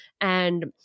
And-